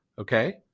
okay